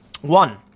One